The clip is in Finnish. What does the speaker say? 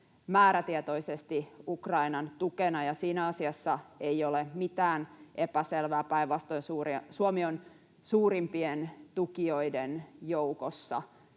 määrätietoisesti Ukrainan tukena, ja siinä asiassa ei ole mitään epäselvää. Päinvastoin, Suomi on suurimpien tukijoiden joukossa.